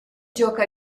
gioca